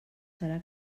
serà